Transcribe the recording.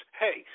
hey